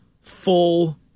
full